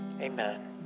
Amen